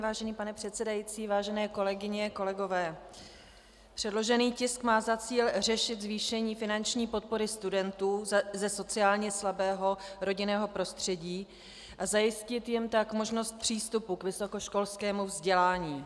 Vážený pane předsedající, vážené kolegyně, kolegové, předložený tisk má za cíl řešit zvýšení finanční podpory studentů ze sociálně slabého rodinného prostředí a zajistit jim tak možnost přístupu k vysokoškolskému vzdělání.